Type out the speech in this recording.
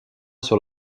sur